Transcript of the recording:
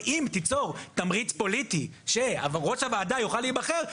ואם תיצור תמריץ פוליטי שראש הוועדה יוכל להיבחר,